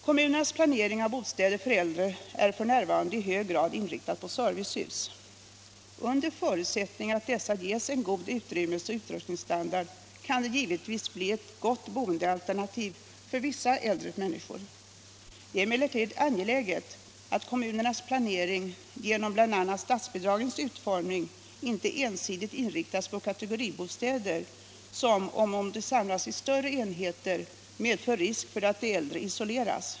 Kommunernas planering av bostäder för äldre är f. n. i hög grad inriktad på servicehus. Under förutsättning att dessa ges en god utrymmesoch utrustningsstandard kan de givetvis bli ett gott boendealternativ för vissa äldre människor. Det är emellertid angeläget att kommunernas planering genom bl.. a. statsbidragens utformning inte ensidigt inriktas på kategoribostäder som, om de samlas i större enheter, medför risk för att de äldre isoleras.